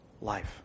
life